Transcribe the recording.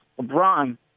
LeBron